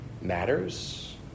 matters